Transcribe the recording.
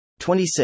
26